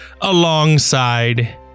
alongside